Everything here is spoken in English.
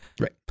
right